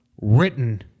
written